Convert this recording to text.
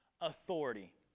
authority